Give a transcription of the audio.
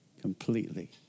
completely